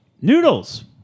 Noodles